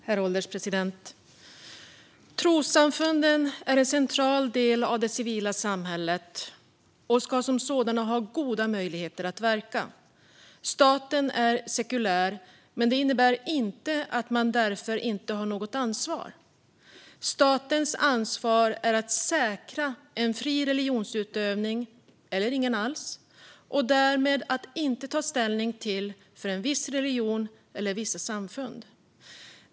Herr ålderspresident! Trossamfunden är en central del av det civila samhället och ska som sådana ha goda möjligheter att verka. Staten är sekulär, men det innebär inte att man därför inte har något ansvar. Statens ansvar är att säkra en fri religionsutövning - eller ingen alls - och därmed att inte ta ställning för en viss religion eller vissa samfund.